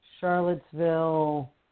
Charlottesville